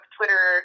Twitter